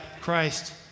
Christ